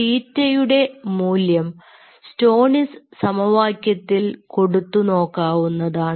തീറ്റയുടെ മൂല്യം സ്റ്റോണിസ് സമവാക്യത്തിൽ കൊടുത്തു നോക്കാവുന്നതാണ്